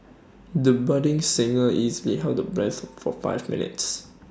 the budding singer easily held her breath for five minutes